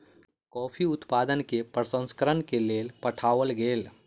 coffee उत्पादन कय के प्रसंस्करण के लेल पठाओल गेल